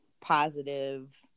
positive